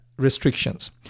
restrictions